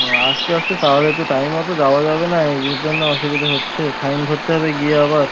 ও আস্তে আস্তে চালালে তো টাইম মতো যাওয়া যাবে না এই এর জন্য অসুবিদা হচ্ছে ফাইন ভরতে হবে গিয়ে আবার